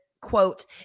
quote